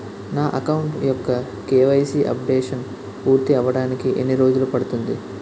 నా అకౌంట్ యెక్క KYC updation పూర్తి అవ్వడానికి ఎన్ని రోజులు పడుతుంది?